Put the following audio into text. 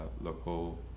local